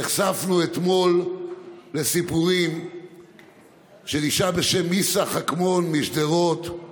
נחשפנו אתמול לסיפורים של אישה בשם מיסה חכמון משדרות,